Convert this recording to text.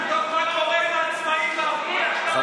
תבדוק מה קורה עם העצמאים בעפולה כשאתה